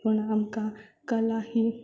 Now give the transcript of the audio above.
पूण आमकां कला ही